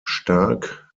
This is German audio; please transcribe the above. stark